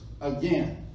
again